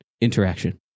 interaction